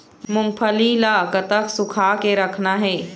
मूंगफली ला कतक सूखा के रखना हे?